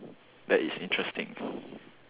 that is interesting